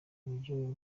buryo